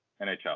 NHL